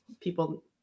people